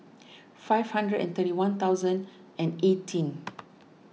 five hundred and thirty one thousand and eighteen